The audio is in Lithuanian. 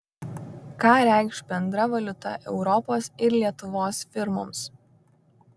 ką reikš bendra valiuta europos ir lietuvos firmoms